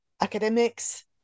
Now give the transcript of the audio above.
academics